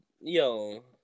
yo